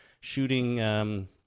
shooting